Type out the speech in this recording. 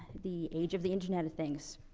the age of the internet of things.